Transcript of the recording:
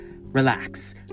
relax